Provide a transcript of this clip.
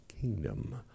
kingdom